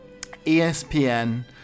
ESPN